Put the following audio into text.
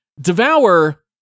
Devour